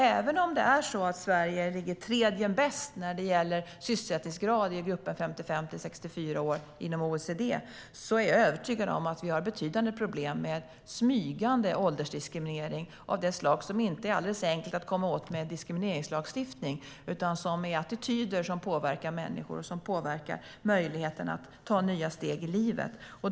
Även om Sverige ligger tredje bäst till när det gäller sysselsättningsgrad i gruppen 55-64 år inom OECD är jag övertygad om att vi har betydande problem med smygande åldersdiskriminering av det slag som inte är alldeles enkelt att komma åt med en diskrimineringslagstiftning. Det handlar om attityder som påverkar människor och möjligheterna att ta nya steg i livet.